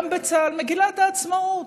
גם בצה"ל: מגילת העצמאות,